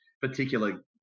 particular